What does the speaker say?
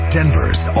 Denver's